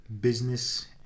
business